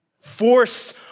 force